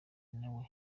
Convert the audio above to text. nawe